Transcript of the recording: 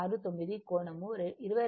69 కోణం 22